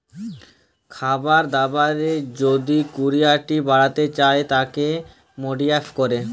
খাবার দাবারের যদি কুয়ালিটি বাড়াতে চায় তাকে মডিফাই ক্যরে